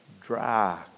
dry